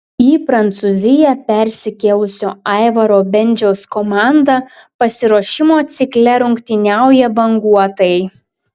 į prancūziją persikėlusio aivaro bendžiaus komanda pasiruošimo cikle rungtyniauja banguotai